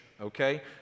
Okay